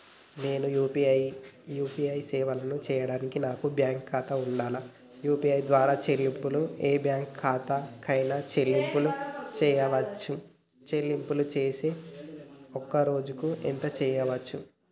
నేను యూ.పీ.ఐ సేవలను చేయడానికి నాకు బ్యాంక్ ఖాతా ఉండాలా? యూ.పీ.ఐ ద్వారా చెల్లింపులు ఏ బ్యాంక్ ఖాతా కైనా చెల్లింపులు చేయవచ్చా? చెల్లింపులు చేస్తే ఒక్క రోజుకు ఎంత చేయవచ్చు?